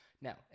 Now